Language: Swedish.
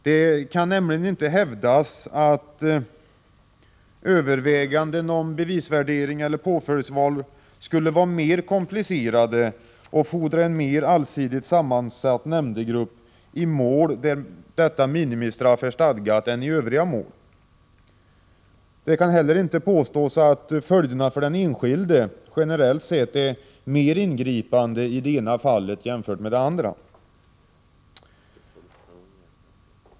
Det kan nämligen inte hävdas att överväganden om bevisvärdering eller påföljdsval skulle vara mer komplicerade och fordra en mer allsidigt sammansatt nämndemannagrupp i mål där detta minimistraff är stadgat än i övriga mål. Det kan inte heller påstås att följderna för den enskilde generellt sett är mer ingripande i det ena fallet jämfört med det andra.